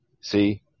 See